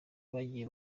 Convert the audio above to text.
bagiye